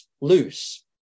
loose